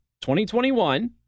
2021